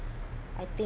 I think